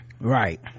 right